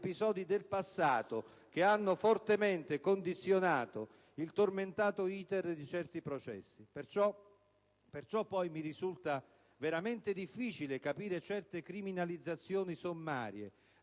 episodi del passato, che hanno fortemente condizionato il tormentato *iter* di certi processi. Perciò, poi, mi risulta veramente difficile capire certe criminalizzazioni sommarie,